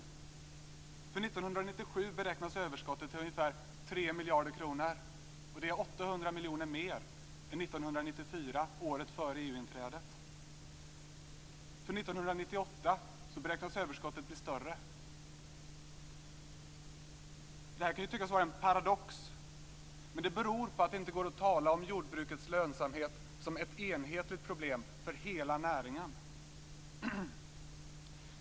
För 1997 beräknas överskottet till ungefär 3 miljarder kronor, vilket är 800 miljoner kronor mer än 1994, året före EU-inträdet. För 1998 beräknas överskottet bli ännu större. Detta kan tyckas vara en paradox, men det beror på att det inte går att tala om jordbrukets lönsamhetsproblem som ett enhetligt problem för hela näringen.